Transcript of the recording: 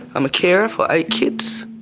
i'm a carer for eight kids.